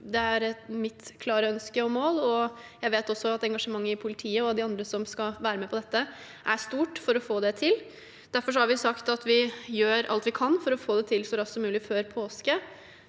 det er mitt klare ønske og mål å få det til. Jeg vet også at engasjementet hos politiet og de andre som skal være med på dette, er stort. Derfor har vi sagt at vi gjør alt vi kan for å få det til så raskt som mulig før påske.